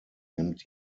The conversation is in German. nimmt